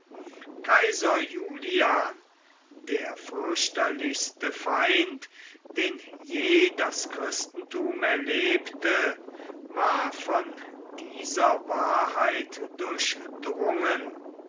kaiser julian der fürchterlichste feind den je das christenthum erlebte war von dieser wahrheit